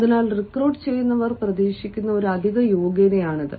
അതിനാൽ റിക്രൂട്ട് ചെയ്യുന്നവർ പ്രതീക്ഷിക്കുന്ന ഒരു അധിക യോഗ്യതയാണിത്